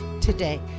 today